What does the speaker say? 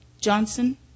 Johnson